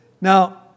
Now